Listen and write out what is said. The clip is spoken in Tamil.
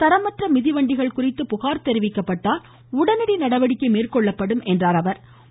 தரமற்ற மிதிவண்டிகள் குறித்து புகார் தெரிவிக்கப்பட்டால் உடனடி நடவடிக்கை மேற்கொள்ளப்படும் என்றும் அவர் கூறினார்